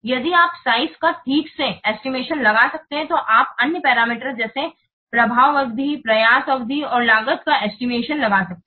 यदि आप आकारों का ठीक से एस्टिमेशन लगा सकते हैं तो आप अन्य पैरामीटर जैसे प्रभाव अवधि प्रयास अवधि और लागत का एस्टिमेशन लगा सकते हैं